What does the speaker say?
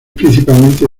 principalmente